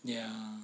yeah